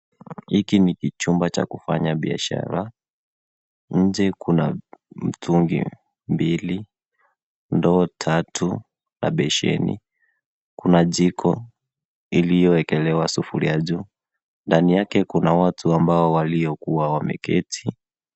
Hiki ni kichumba cha kufanya biashara, nje kuna mtungu mbili ndoo tatu na besheni, kuna jiko iliyoekelewa sufuria juu, ndani yake kuna watu ambao waliokuwa wameeti.